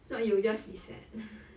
not you will just be sad